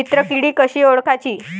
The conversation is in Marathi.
मित्र किडी कशी ओळखाची?